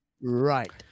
right